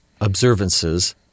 observances